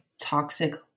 toxic